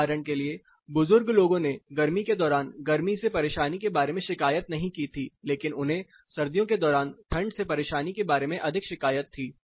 उदाहरण के लिए बुजुर्ग लोगों ने गर्मी के दौरानगर्मी से परेशानी के बारे में शिकायत नहीं की थी लेकिन उन्हें सर्दियों के दौरान ठंड से परेशानी के बारे में अधिक शिकायत थी